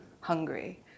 hungry